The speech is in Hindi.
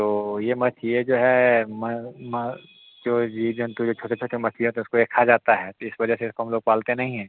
तो ये मच्छी ये जो है जो है जीव जंतु जो छोटे छोटे मछली रहता है उसको ये खा जाता है तो इस वजह से इसको हम लोग पालते नहीं हैं